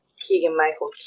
Keegan-Michael